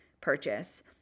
purchase